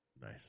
Nice